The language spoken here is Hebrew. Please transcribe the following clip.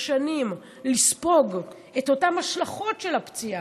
שנים לסחוב את אותן השלכות של אותה פציעה,